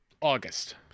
August